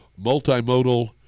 multimodal